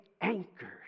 anchored